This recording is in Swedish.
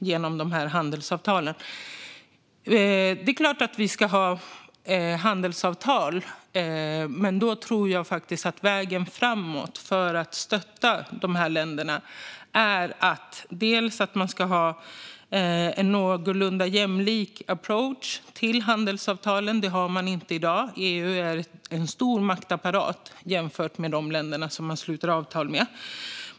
Det är klart att vi ska ha handelsavtal, men jag tror att vägen framåt för att stötta länderna är att ha en någorlunda jämlik approach till handelsavtalen. Det har vi inte i dag. EU är en stor maktapparat jämfört med de länder man sluter avtal med.